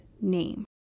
name